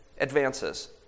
advances